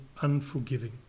unforgiving